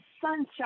sunshine